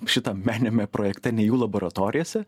šitam meniniame projekte ne jų laboratorijose